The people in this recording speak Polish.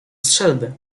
strzelby